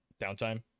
downtime